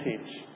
message